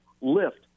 lift